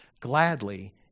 gladly